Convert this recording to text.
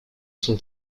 son